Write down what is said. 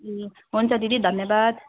ए हुन्छ दिदी धन्यवाद